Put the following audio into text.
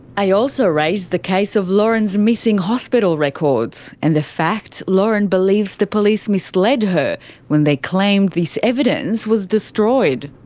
i also raised the case of lauren's missing hospital records, and the fact lauren believes the police misled her when they claimed this evidence was destroyed.